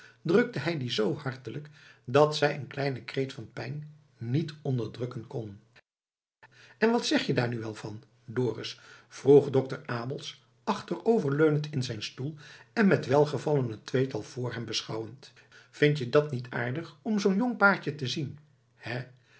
drukte hij die zoo hartelijk dat zij een kleinen kreet van pijn niet onderdrukken kon en wat zeg je daar nu wel van dorus vroeg dokter abels achteroverleunend in zijn stoel en met welgevallen het tweetal vr hem beschouwend vind je dat niet aardig om zoo'n jong paartje te zien he